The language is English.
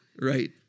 Right